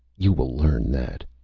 you will learn that.